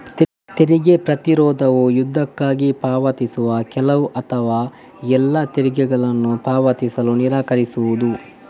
ತೆರಿಗೆ ಪ್ರತಿರೋಧವು ಯುದ್ಧಕ್ಕಾಗಿ ಪಾವತಿಸುವ ಕೆಲವು ಅಥವಾ ಎಲ್ಲಾ ತೆರಿಗೆಗಳನ್ನು ಪಾವತಿಸಲು ನಿರಾಕರಿಸುವುದು